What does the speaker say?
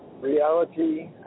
reality